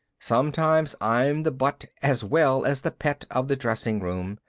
sometimes i'm the butt as well as the pet of the dressing room,